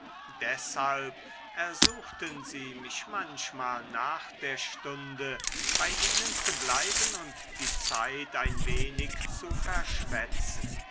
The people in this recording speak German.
deshalb ersuchten sie mich manchmal nach der stunde bei ihnen zu bleiben und die zeit ein wenig zu verschwätzen